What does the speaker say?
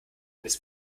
eines